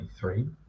23